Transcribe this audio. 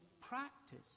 practice